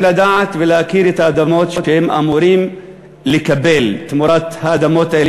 לדעת ולהכיר את האדמות שהם אמורים לקבל תמורת האדמות האלה,